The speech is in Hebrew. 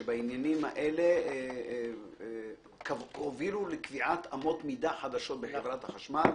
שבעניינים האלה הובילו לקביעת אמות מידה חדשות בחברת החשמל,